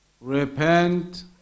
Repent